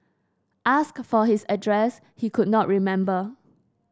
asked for his address he could not remember